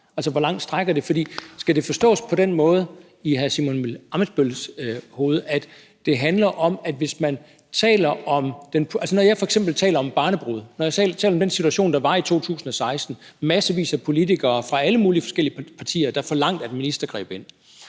altså hvor langt den rækker. For skal det forstås på den måde i hr. Simon Emil Ammitzbøll-Billes hovede, at det handler om, at når jeg f.eks. taler om barnebrude, når jeg taler om den situation, der var i 2016 med massevis af politikere fra alle mulige forskellige partier, der forlangte, at en minister greb ind,